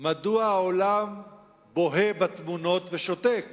מדוע העולם בוהה בתמונות ושותק